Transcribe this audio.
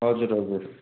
हजुर हजुर